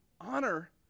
Honor